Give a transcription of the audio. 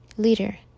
leader